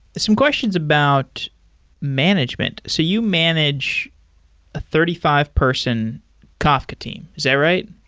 some questions about management. so you manage a thirty five person kafka team. is that right?